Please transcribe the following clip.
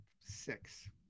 six